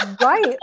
right